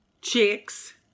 chicks